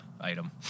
item